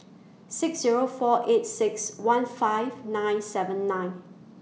six Zero four eight six one five nine seven nine